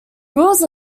rules